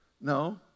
No